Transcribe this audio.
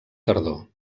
tardor